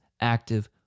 active